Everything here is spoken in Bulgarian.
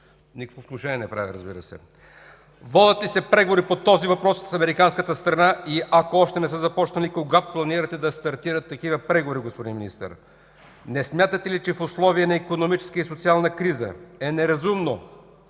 Никакво внушение не правя, разбира се. Водят ли се преговори по този въпрос с американската страна и ако още не са започнали – кога планирате да стартират такива преговори, господин Министър? Не смятате ли, че в условия на икономическа и социална криза е неразумно